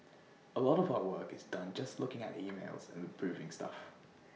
A lot of our work is done just looking at emails and approving stuff